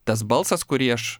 tas balsas kurį aš